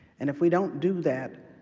and if we don't do that,